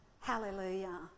Hallelujah